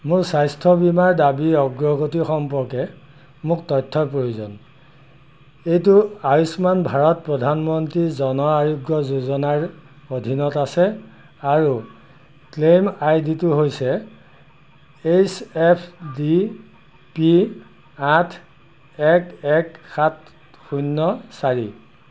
মোৰ স্বাস্থ্য বীমাৰ দাবী অগ্ৰগতি সম্পৰ্কে মোক তথ্যৰ প্ৰয়োজন এইটো আয়ুস্মান ভাৰত প্ৰধান মন্ত্ৰী জন আয়োগ্য যোজনাৰ অধীনত আছে আৰু ক্লেম আই ডিটো হৈছে এইচ এফ ডি পি আঠ এক এক সাত শূন্য চাৰি